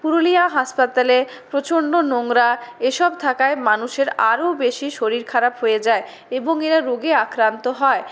পুরুলিয়া হাসপাতালে প্রচন্ড নোংরা এসব থাকায় মানুষের আরও বেশি শরীর খারাপ হয়ে যায় এবং এরা রোগে আক্রান্ত হয়